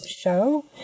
show